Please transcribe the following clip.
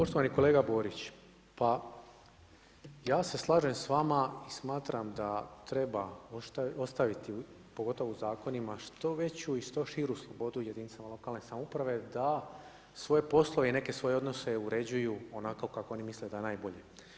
Poštovani kolega Borić, pa ja se slažem s vama i smatram da treba ostaviti pogotovo u zakonima što veću i što širu slobodu jedinicama lokalne samouprave da svoje spolove i neke svoje odnose uređuju onako kako oni misle da je najbolje.